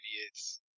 idiots